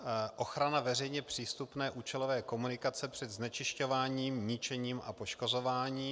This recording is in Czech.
1. ochrana veřejně přístupné účelové komunikace před znečišťováním, ničením a poškozováním;